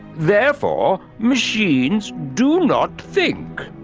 therefore machines do not think.